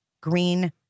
green